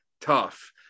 tough